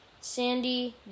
Sandy